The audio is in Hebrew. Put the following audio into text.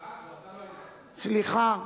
צעקנו.